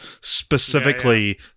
specifically